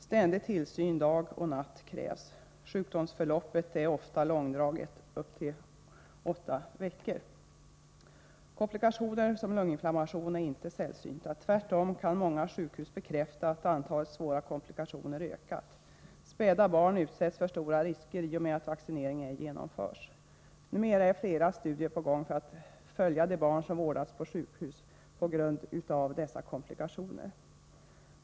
Ständig tillsyn, dag som natt, krävs. Sjukdomsförloppet är ofta långdraget, upp till åtta veckor. Komplikationer som lunginflammation är inte sällsynta. Tvärtom kan många sjukhus bekräfta att antalet svåra komplikationer ökat. Späda barn utsätts för stora risker när vaccinering ej genomförs. F.n. pågår flera studier där man följer de barn som vårdas på sjukhus på grund av komplikationer av kikhosta.